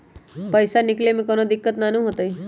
पईसा निकले में कउनो दिक़्क़त नानू न होताई?